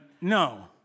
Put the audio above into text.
No